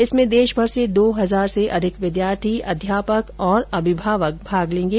इसमें देशभर से दो हजार से अधिक विद्यार्थी अध्यापक और अभिभावक भाग लेंगे